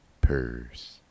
purse